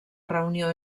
reunió